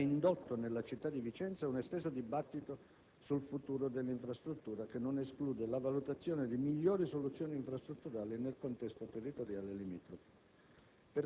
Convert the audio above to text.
ha indotto nella città di Vicenza un esteso dibattito sul futuro dell'infrastruttura, che non esclude la valutazione di migliori soluzioni infrastrutturali nel contesto territoriale limitrofo.